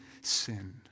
sin